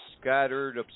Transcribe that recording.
scattered